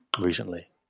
recently